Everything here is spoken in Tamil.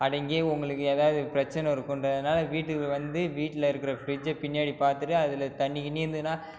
அடங்கி உங்களுக்கு ஏதாவது பிரச்சின இருக்கின்றதுனால வீட்டுக்கு வந்து வீட்டில் இருக்கிற ஃபிரிஜ்ஜை பின்னாடி பார்த்துட்டு அதில் தண்ணி கிண்ணி இருந்ததுன்னா